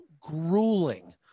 grueling